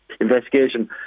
investigation